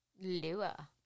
Lua